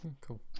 Cool